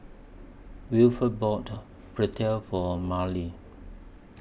Wilford bought For Marlie